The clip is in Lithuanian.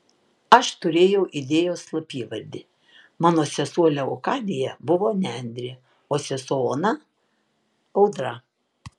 aš turėjau idėjos slapyvardį mano sesuo leokadija buvo nendrė o sesuo ona audra